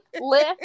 lift